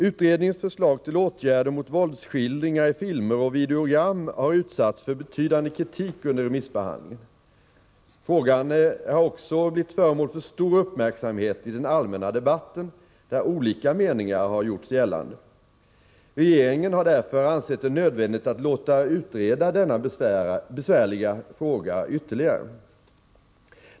Utredningens förslag till åtgärder mot våldsskildringar i filmer och videogram har utsatts för betydande kritik under remissbehandlingen. Frågan har också blivit föremål för stor uppmärksamhet i den allmänna debatten, där olika meningar har gjorts gällande. Regeringen har därför ansett det nödvändigt att låta utreda denna besvärliga fråga ytterligare.